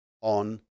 on